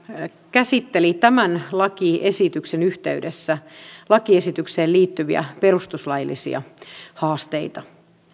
käsitteli tämän lakiesityksen yhteydessä lakiesitykseen liittyviä perustuslaillisia haasteita